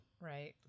Right